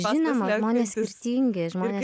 žinoma žmonės skirtingi žmonės